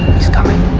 he's coming.